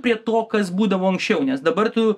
prie to kas būdavo anksčiau nes dabar tu